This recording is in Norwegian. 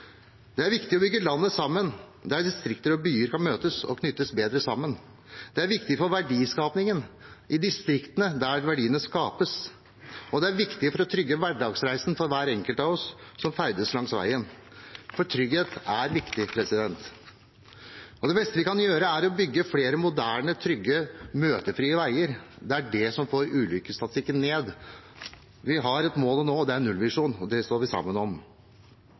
Det er viktig å bygge landet sammen – der distrikter og byer kan møtes og knyttes bedre sammen. Det er viktig for verdiskapingen i distriktene, der verdiene skapes, og det er viktig for å trygge hverdagsreisene for hver enkelt av oss som ferdes langs veien. For trygghet er viktig, og det beste vi kan gjøre, er å bygge flere moderne, trygge og møtefrie veier. Det er det som får ulykkesstatistikken ned. Vi har et mål å nå – en nullvisjon – og det står vi sammen om.